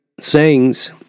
sayings